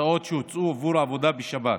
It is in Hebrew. הוצאות שהוצאו בעבור עבודה בשבת,